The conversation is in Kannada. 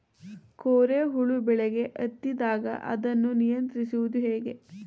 ಕೋರೆ ಹುಳು ಬೆಳೆಗೆ ಹತ್ತಿದಾಗ ಅದನ್ನು ನಿಯಂತ್ರಿಸುವುದು ಹೇಗೆ?